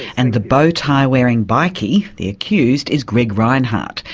and the bowtie-wearing bikie, the accused, is greg reinhardt,